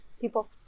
people